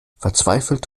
verzweifelt